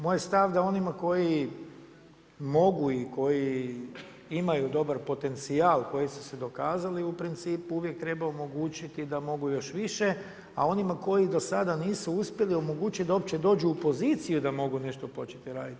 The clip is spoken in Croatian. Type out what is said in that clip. Moj je stav da onima koji mogu i koji imaju dobar potencijal, koji su se dokazali u principu uvijek treba omogućiti da mogu još više a onima koji do sada nisu uspjeli omogućiti da uopće dođu u poziciju da mogu nešto početi raditi.